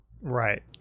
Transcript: right